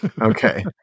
okay